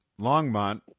Longmont